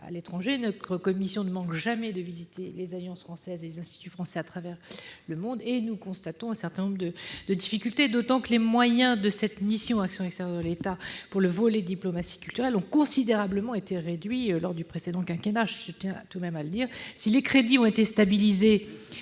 notre commission ne manque jamais de visiter les alliances françaises et les instituts français. Partout dans le monde, nous constatons un certain nombre de difficultés, d'autant que les moyens de la mission « Action extérieure de l'État », pour le volet « diplomatie culturelle », ont été considérablement réduits lors du précédent quinquennat, il faut le rappeler.